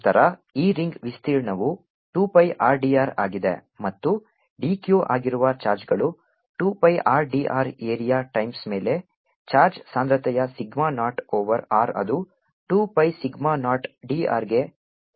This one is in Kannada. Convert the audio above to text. ನಂತರ ಈ ರಿಂಗ್ ವಿಸ್ತೀರ್ಣವು 2 pi r d r ಆಗಿದೆ ಮತ್ತು d q ಆಗಿರುವ ಚಾರ್ಜ್ಗಳು 2 pi r d r area times ಮೇಲ್ಮೈ ಚಾರ್ಜ್ ಸಾಂದ್ರತೆಯ ಸಿಗ್ಮಾ ನಾಟ್ ಓವರ್ r ಅದು 2 pi sigma naught d r ಗೆ ಸಮನಾಗಿರುತ್ತದೆ